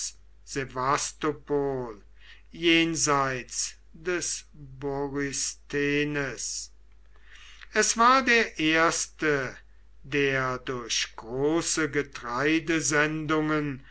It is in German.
jenseits des borysthenes es war der erste der durch große